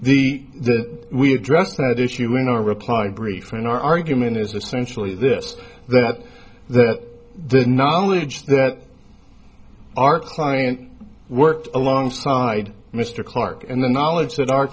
the that we addressed that issue in our reply brief an argument is essentially this that that the knowledge that our client worked alongside mr clarke and the knowledge that our